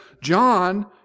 John